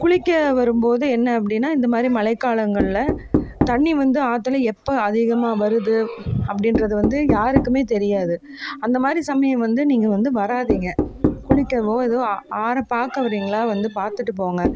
குளிக்க வரும்போது என்ன அப்படின்னா இந்தமாதிரி மழைக்காலங்கள்ல தண்ணி வந்து ஆற்றுல எப்போ அதிகமாக வருது அப்படின்றது வந்து யாருக்குமே தெரியாது அந்தமாதிரி சமயம் வந்து நீங்கள் வந்து வராதீங்க குளிக்கவோ எதுவோ ஆற்ற பார்க்க வர்றீங்களா வந்து பார்த்துட்டு போங்க